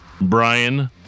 Brian